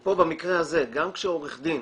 פה במקרה הזה, גם כשעורך דין